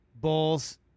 bulls